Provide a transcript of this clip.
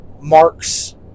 marks